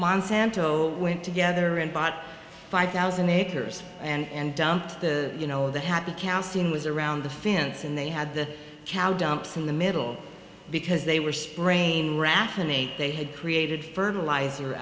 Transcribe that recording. monsanto went together and bought five thousand acres and dumped the you know the happy casting was around the fence and they had the cow dumps in the middle because they were spraying rathore nate they had created fertilizer